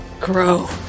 grow